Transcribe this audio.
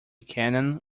canon